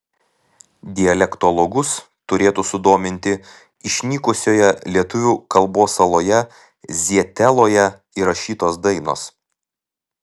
dialektologus turėtų sudominti išnykusioje lietuvių kalbos saloje zieteloje įrašytos dainos